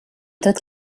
tot